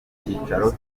icyicaro